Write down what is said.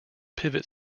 pivot